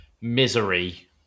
misery